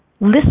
Listen